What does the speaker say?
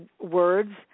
Words